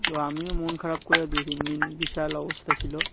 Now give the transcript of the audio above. তো আমিও মন খারাপ করে দুই তিন দিন বিশাল অবস্থা ছিল